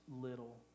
little